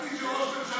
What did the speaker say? זה התפקיד של ראש ממשלה.